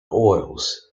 oils